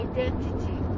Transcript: Identity